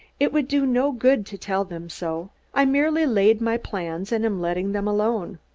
it would do no good to tell them so i merely laid my plans and am letting them alone.